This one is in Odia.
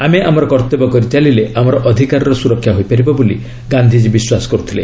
ଆମେ ଆମର କର୍ତ୍ତବ୍ୟ କରିଚାଲିଲେ ଆମର ଅଧିକାରର ସୁରକ୍ଷା ହୋଇପାରିବ ବୋଲି ଗାନ୍ଧିଜୀ ବିଶ୍ୱାସ କରୁଥିଲେ